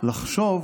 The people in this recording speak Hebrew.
לחשוב